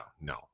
no